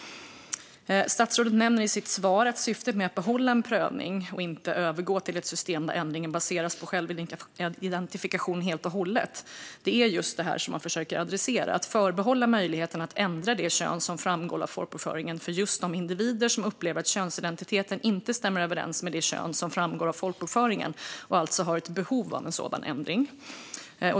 Statsrådet nämner i sitt svar att syftet med att behålla en prövning och inte övergå till ett system där ändringen baseras på självidentifikation helt och hållet är just detta som man försöker adressera, att förbehålla möjligheten att ändra det kön som framgår av folkbokföringen för just de individer som upplever att könsidentiteten inte stämmer överens med det kön som framgår av folkbokföringen och alltså har ett behov av en sådan ändring.